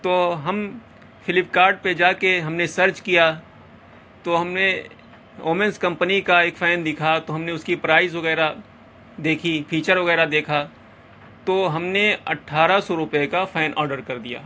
تو ہم Flipkart پہ جا کے ہم نے سرچ کیا تو ہم نے اومینس کمپنی کا ایک فین دکھا تو ہم نے اس کی پرائز وغیرہ دیکھی فیچر وغیرہ دیکھا تو ہم نے اٹھارہ سو روپئے کا فین آرڈر کر دیا